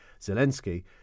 Zelensky